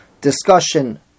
Discussion